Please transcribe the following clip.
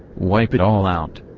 wipe it all out.